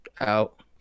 out